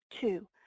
two